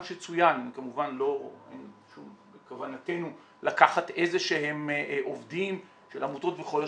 כמובן אין בכוונתנו לקחת איזה שהם עובדים של עמותות וכל השאר,